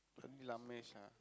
only Ramesh ah